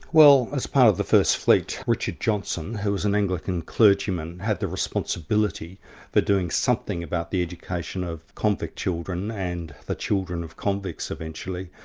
well as part of the first fleet, richard johnson, who was an anglican clergyman, had the responsibility for doing something about the education of convict children and the children of convicts eventually.